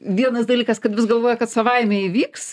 vienas dalykas kad vis galvoja kad savaime įvyks